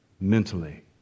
Mentally